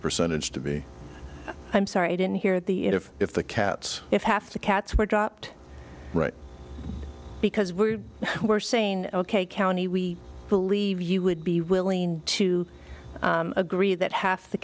percentage to be i'm sorry i didn't hear the if if the cats if half the cats were dropped right because we were saying ok county we believe you would be willing to agree that half the